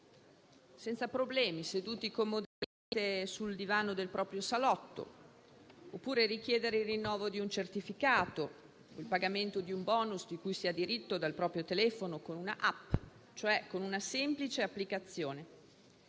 senza problemi, comodamente seduti sul divano del proprio salotto, oppure richiedere il rinnovo di un certificato e il pagamento di un *bonus* cui si ha diritto dal proprio telefono con un'app, e cioè una semplice applicazione,